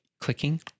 clicking